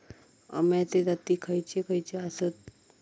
अम्याचे जाती खयचे खयचे आसत?